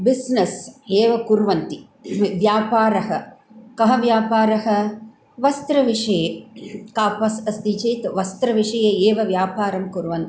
business एव कुर्वन्ति व्यापारः कः व्यापारः वस्त्रविषये कापस् अस्ति चेत् वस्त्रविषये एव व्यापारं कुर्वन्ति